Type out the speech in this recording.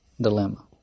dilemma